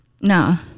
No